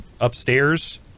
upstairs